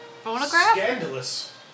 Scandalous